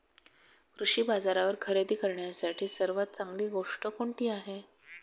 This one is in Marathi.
कृषी बाजारावर खरेदी करण्यासाठी सर्वात चांगली गोष्ट कोणती आहे?